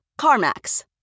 CarMax